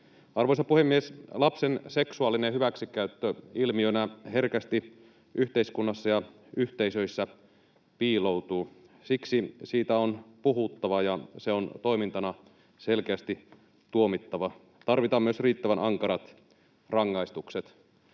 Arvoisa puhemies! Lapsen seksuaalinen hyväksikäyttö piiloutuu ilmiönä herkästi yhteiskunnassa ja yhteisöissä. Siksi siitä on puhuttava ja se on toimintana selkeästi tuomittava. Tarvitaan myös riittävän ankarat rangaistukset.